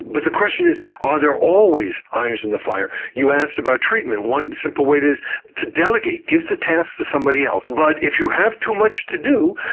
but the question is are there always irons in the fire? you ask about treatment. one simple way is to delegate give the task to somebody else. but if you have too much to do,